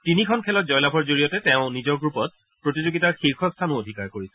তিনিখন খেলত জয়লাভৰ জৰিয়তে তেওঁ নিজৰ গ্ৰুপত প্ৰতিযোগিতাৰ শীৰ্যস্থানো অধিকাৰ কৰিছে